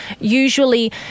usually